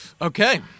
Okay